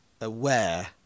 aware